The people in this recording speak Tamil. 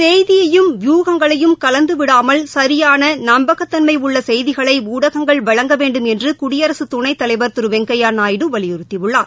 செய்தியையும் வியூகங்களையும் கலந்துவிடாமல் சரியானநம்பகத்தன்மைஉள்ளசெய்திகளைஊடகங்கள் வழங்க வேண்டும் என்றுகுடியரசுதுணைத்தலைவர் திருவெங்கையாநாயுடு வலியுறுத்தியுள்ளார்